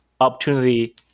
opportunity